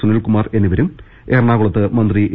സുനിൽകുമാർ എന്നിവരും എറ ണാകുളത്ത് മന്ത്രി എ